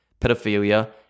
pedophilia